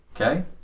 Okay